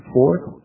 Fourth